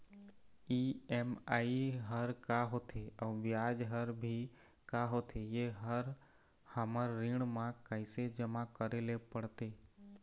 EMI हर का होथे अऊ ब्याज हर भी का होथे ये हर हमर ऋण मा कैसे जमा करे ले पड़ते?